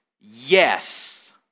yes